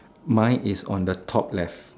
mine is on the top left